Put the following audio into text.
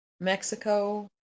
mexico